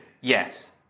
Yes